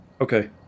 Okay